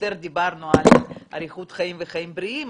שיותר דיברנו על אריכות חיים וחיים בריאים,